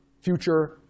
future